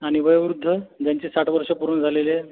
आणि वयोवृद्ध ज्यांचे साठ वर्ष पूर्ण झालेले आहे